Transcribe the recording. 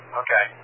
okay